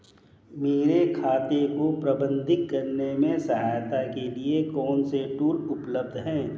मेरे खाते को प्रबंधित करने में सहायता के लिए कौन से टूल उपलब्ध हैं?